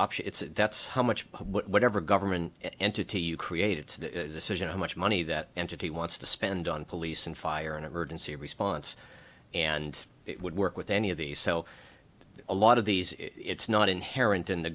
options it's that's how much whatever government entity you created this is you know how much money that entity wants to spend on police and fire and emergency response and it would work with any of these so a lot of these it's not inherent in the